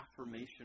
affirmation